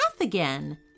again